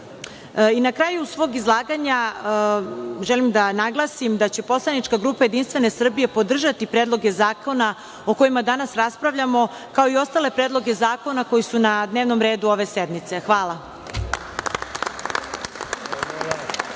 kraju svoj izlaganja želim da naglasim da će poslanička grupa JS podržati predloge zakona o kojima danas raspravljamo, kao i ostale predloge zakona koji su na dnevnom redu ove sednice. Hvala.